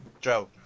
Joe